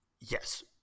Yes